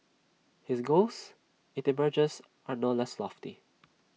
his goals IT emerges are no less lofty